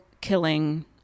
killing